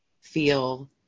feel